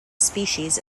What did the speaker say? species